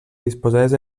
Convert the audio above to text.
disposades